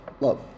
love